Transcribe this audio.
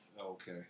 Okay